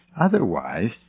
Otherwise